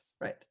right